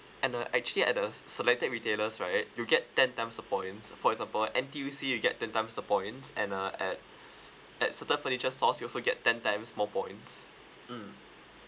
and the actually at the se~ selected retailers right you get ten times a points for example N_T_U_C you get ten times a points and uh at at certain furniture store you also get ten times more points mm